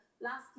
last